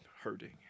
hurting